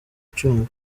kucyumva